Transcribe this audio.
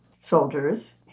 soldiers